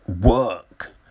work